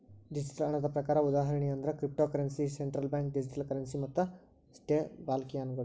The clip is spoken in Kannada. ಡಿಜಿಟಲ್ ಹಣದ ಪ್ರಕಾರ ಉದಾಹರಣಿ ಅಂದ್ರ cryptocurrency, central bank digital currency ಮತ್ತ ಸ್ಟೇಬಲ್ಕಾಯಿನ್ಗಳ